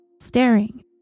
staring